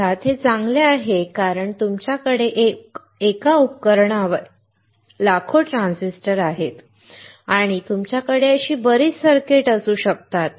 अर्थात हे चांगले आहे कारण तुमच्याकडे एका उपकरणावर लाखो ट्रान्झिस्टर आहेत आणि तुमच्याकडे बरीच सर्किट असू शकतात